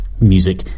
music